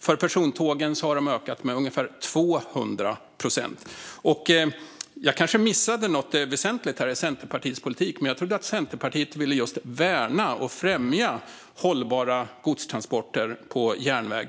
För persontågen har de ökat med ungefär 200 procent. Jag kanske missade något väsentligt i Centerpartiets politik, men jag trodde att Centerpartiet ville just värna och främja hållbara godstransporter på järnväg.